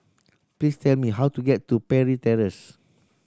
please tell me how to get to Parry Terrace